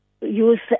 use